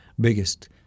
biggest